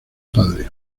padre